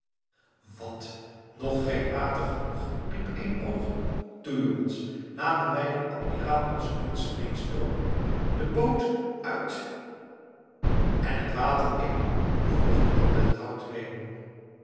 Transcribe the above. wat nog geen water genoeg riep eenoog toe jongens laten wij den admiraal onze kunsten eens toonen de boot uit en het water in vroeg de man met het houten been